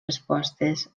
respostes